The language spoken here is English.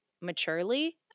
maturely